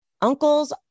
Uncles